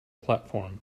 platform